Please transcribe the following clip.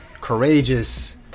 courageous